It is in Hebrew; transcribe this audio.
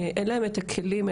אין להן את הכלים,